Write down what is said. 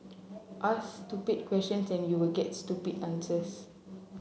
ask stupid questions and you will get stupid answers